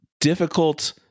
difficult